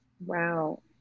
wow